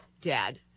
dad